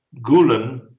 Gulen